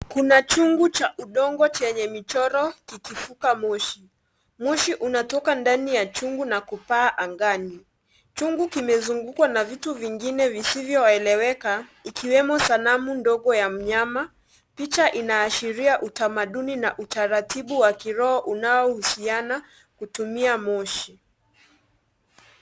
Kuna chungu cha udongo chenye michoro kikifuka moshi. Moshi unatoka ndani ya chungu na kupaa angani. Chungu kimezungukwa na vitu vingine visivyo eleweka ikiwemo sanamu ndogo ya mnyama. Picha inaashiria utamaduni na utaratibu wa kiroho unaohusiana kutumia moshi.